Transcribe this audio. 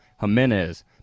Jimenez